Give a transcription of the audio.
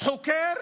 חוקר